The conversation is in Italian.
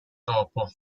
dopo